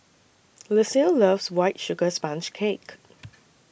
Lucille loves White Sugar Sponge Cake